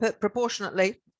proportionately